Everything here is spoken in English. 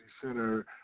center